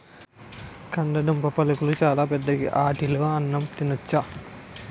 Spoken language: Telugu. కందదుంపలాకులు చాలా పెద్దవి ఆటిలో అన్నం తినొచ్చు